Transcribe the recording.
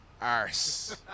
arse